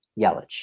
Yelich